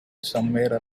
somewhere